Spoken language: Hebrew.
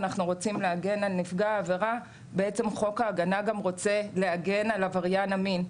להגן על נפגע העבירה חוק ההגנה רוצה גם להגן על עבריין המין,